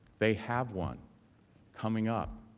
they have one coming up